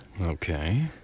Okay